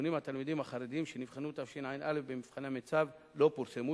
נתוני התלמידים החרדים שנבחנו בתשע"א במבחני המיצ"ב לא פורסמו,